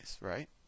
right